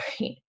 right